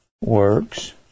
works